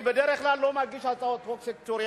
אני בדרך כלל לא מגיש הצעות חוק סקטוריאליות,